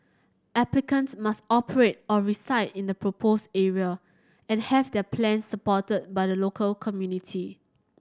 applicants must operate or reside in the proposed area and have their plans supported by the local community